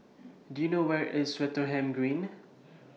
Do YOU know Where IS Swettenham Green